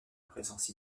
présence